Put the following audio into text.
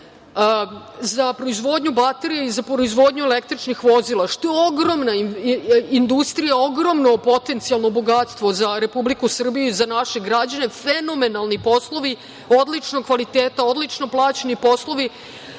za proizvodnju baterija i za proizvodnju električnih vozila, što je ogromna industrija, ogromno potencijalno bogatstvo za Republiku Srbiju i za naše građane, fenomenalni poslovi odličnog kvaliteta, odlično plaćeni poslovi,